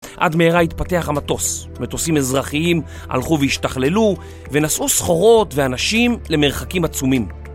עד מהרה התפתח המטוס. מטוסים אזרחיים הלכו והשתכללו ונשאו סחורות ואנשים למרחקים עצומים